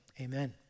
Amen